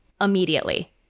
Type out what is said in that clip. immediately